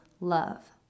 love